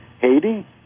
Haiti